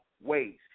ways